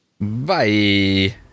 bye